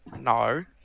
No